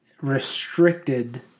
restricted